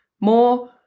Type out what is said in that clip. More